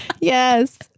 Yes